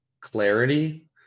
clarity